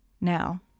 now